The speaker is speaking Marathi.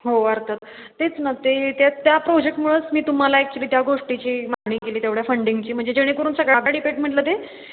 हो अर्थात तेच ना ते त्या त्या प्रोजेक्टमुळेच मी तुम्हाला ॲक्चुअली त्या गोष्टीची मागणी केली तेवढ्या फंडिंगची म्हणजे जेणेकरून सगळ्या म्हटलं ते